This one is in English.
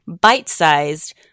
bite-sized